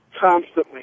constantly